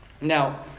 Now